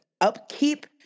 upkeep